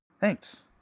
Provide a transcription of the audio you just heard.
Thanks